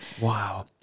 Wow